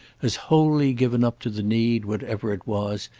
as wholly given up to the need, whatever it was,